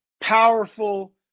powerful